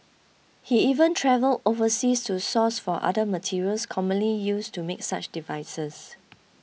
he even travelled overseas to source for other materials commonly used to make such devices